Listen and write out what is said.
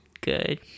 good